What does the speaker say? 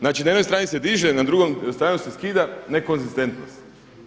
Znači na jednoj strani se diže, na drugu stranu se skida nekonzistentnost.